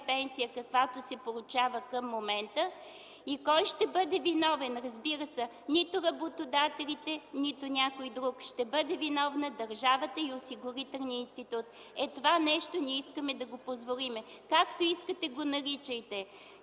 пенсия, каквото се получава към момента? И кой ще бъде виновен? Разбира се, нито работодателите, нито някой друг, ще бъде виновна държавата и осигурителният институт. Ето това нещо ние не искаме да позволим. Както искате го наричайте.